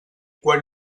quan